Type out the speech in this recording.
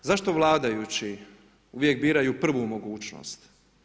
Zašto vladajući uvijek biraju prvu mogućnost.